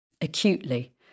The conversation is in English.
acutely